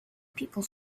people